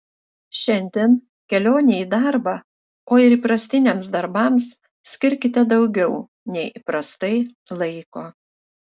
šiandien kelionei į darbą o ir įprastiniams darbams skirkite daugiau nei įprastai laiko